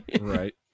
Right